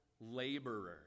laborer